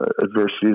adversities